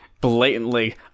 blatantly